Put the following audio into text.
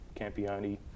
Campione